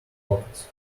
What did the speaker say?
pockets